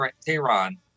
Tehran